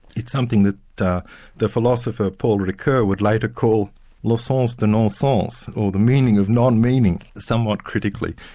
it's something that the the philosopher, paul ricoeur would later call le sense de non-sense, or the meaning of non-meaning, somewhat critically.